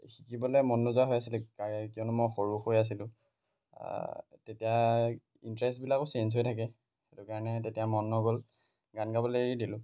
শিকিবলৈ মন নোযোৱা হৈ আছিলে কিয়নো মই সৰু হৈ আছিলোঁ তেতিয়া ইণ্টাৰেষ্টবিলাকো চেঞ্জ হৈ থাকে সেইটো কাৰণে তেতিয়া মন নগ'ল গান গাবলৈ এৰি দিলোঁ